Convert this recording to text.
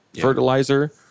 fertilizer